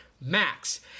Max